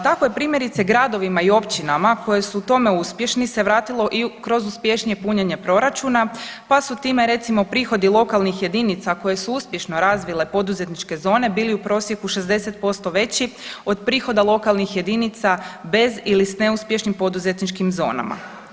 Tako je primjerice gradovima i općinama koji su u tome uspješni se vratilo i kroz uspješnije punjenje proračuna pa su time recimo prihodi lokalnih jedinica koji su uspješno razvile poduzetničke zone bili u prosjeku 60% veći od prihoda lokalnih jedinica bez ili s neuspješnim poduzetničkim zonama.